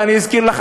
ואני אזכיר לך,